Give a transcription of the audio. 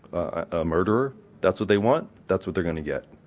a murderer? that's what they want, that's what they're gonna get.